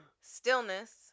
stillness